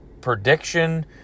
prediction